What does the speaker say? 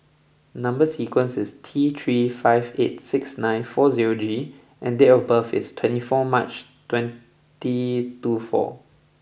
number sequence is T three five eight six nine four zero G and date of birth is twenty four March twenty two four